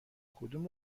کدوم